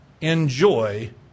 enjoy